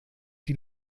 die